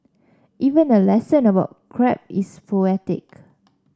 even a lesson about crab is poetic